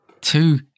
two